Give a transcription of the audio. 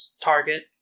target